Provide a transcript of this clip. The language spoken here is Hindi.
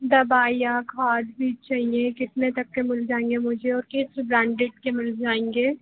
दवाई या खाद बीज चाहिए कितने तक के मिल जाएंगे मुझे और किस ब्रांडेड के मिल जाएंगे